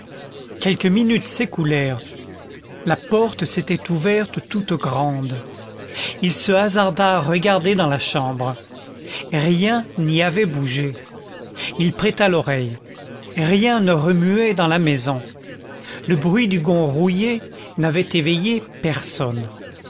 quelques minutes s'écoulèrent la porte s'était ouverte toute grande il se hasarda à regarder dans la chambre rien n'y avait bougé il prêta l'oreille rien ne remuait dans la maison le bruit du gond rouillé n'avait éveillé personne